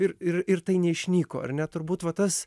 ir ir ir tai neišnyko ar ne turbūt va tas